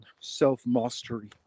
self-mastery